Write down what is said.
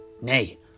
Nay